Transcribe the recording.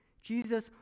Jesus